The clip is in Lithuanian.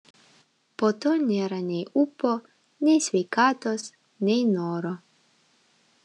po to nėra nei ūpo nei sveikatos nei noro